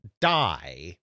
die